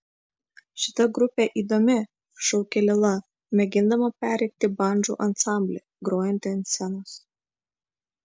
šita grupė įdomi šaukia lila mėgindama perrėkti bandžų ansamblį grojantį ant scenos